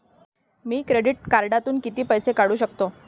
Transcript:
मी credit कार्डातून किती पैसे काढू शकतो?